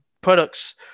products